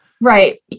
right